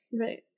Right